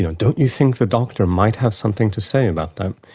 you know don't you think the doctor might have something to say about that?